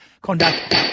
conduct